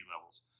levels